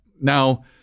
Now